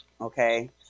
okay